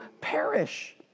perish